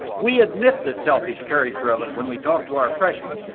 we admit the selfish character of it when we talked to our freshmen,